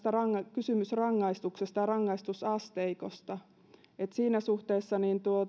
kyse rangaistuksesta ja rangaistusasteikosta eikä tullut arvioitavaksi sitä kysymystä siinä suhteessa